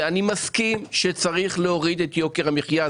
אני מסכים שצריך להוריד את יוקר המחייה,